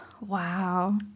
wow